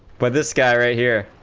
but this guy right here,